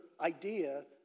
idea